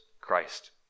Christ